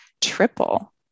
triple